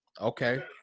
Okay